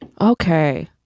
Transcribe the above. Okay